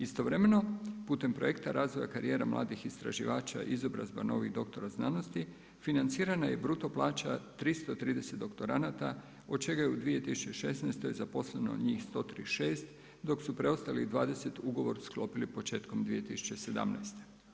Istovremeno putem projekta razvoja karijera mladih istraživača izobrazba novih doktora znanosti financirana je bruto plaća 330 doktoranata od čega je u 2016. zaposleno njih 136, dok su preostalih 20 ugovor sklopili početkom 2017.